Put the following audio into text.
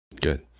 Good